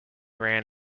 ran